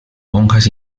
monjas